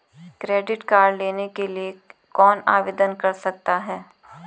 Credit card लेने के लिए कौन आवेदन कर सकता है?